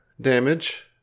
damage